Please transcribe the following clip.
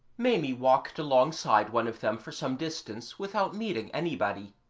maimie walked alongside one of them for some distance without meeting anybody,